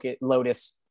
Lotus